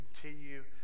continue